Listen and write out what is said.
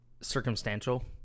circumstantial